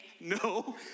No